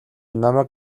намайг